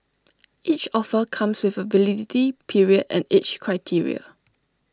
each offer comes with A validity period and age criteria